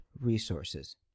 resources